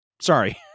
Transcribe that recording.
sorry